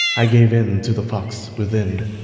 i gave in to the fox within.